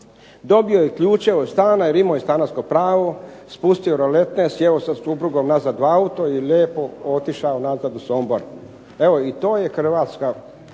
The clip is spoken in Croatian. dobio je ključeve od stana jer je imao stanarsko pravo, spustio rolete, sjeo sa suprugom nazad u auto i lijepo otišao nazad u Sombor. Evo i to je HRvatska,